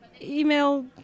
email